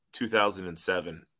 2007